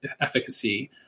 efficacy